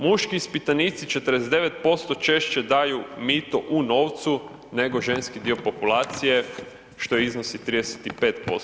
Muški ispitanici 49% češće daju mito u novcu nego ženski dio populacije što iznosi 35%